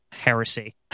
Heresy